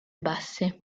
basse